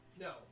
No